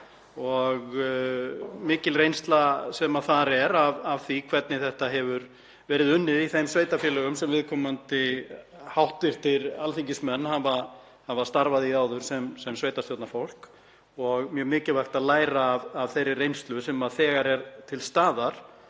og mikil reynsla sem þar er af því hvernig þetta hefur verið unnið í þeim sveitarfélögum sem viðkomandi hv. alþingismenn hafa starfað í áður sem sveitarstjórnarfólk og mjög mikilvægt að læra af þeirri reynslu sem þegar er til staðar